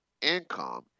income